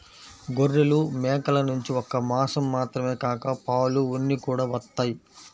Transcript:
గొర్రెలు, మేకల నుంచి ఒక్క మాసం మాత్రమే కాక పాలు, ఉన్ని కూడా వత్తయ్